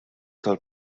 tal